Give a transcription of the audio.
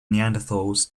neanderthals